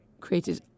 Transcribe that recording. created